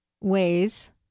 ways